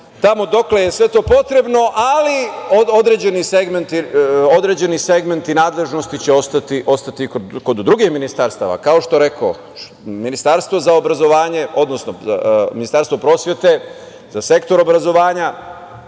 tamo dokle je sve to potrebno, ali određeni segmenti nadležnosti će ostati kod drugih ministarstava. Kao što rekoh, Ministarstvo za obrazovanje, odnosno Ministarstvo prosvete za sektor obrazovanja